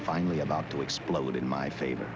finally about to explode in my favor